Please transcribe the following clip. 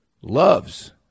loves